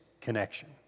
connection